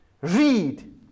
Read